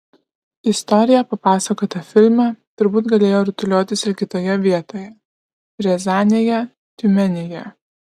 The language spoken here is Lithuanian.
istorija papasakota filme turbūt galėjo rutuliotis ir kitoje vietoje riazanėje tiumenėje